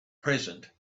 present